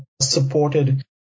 supported